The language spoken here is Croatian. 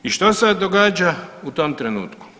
I što se događa u tom trenutku?